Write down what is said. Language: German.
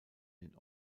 den